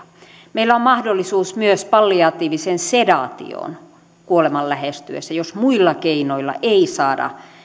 meillä on mahdollisuus myös palliatiiviseen sedaatioon kuoleman lähestyessä jos muilla keinoilla ei saada